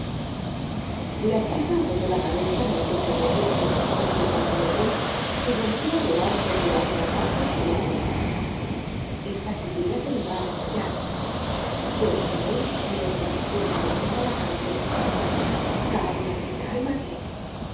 la chica apoyó la cabeza en el pecho de augusto ocultándolo en él y rompió a llorar procurando ahogar sus sollozos esta chiquilla se me va a desmayar pensó él mientras le acariciaba la cabellera cálmate cálmate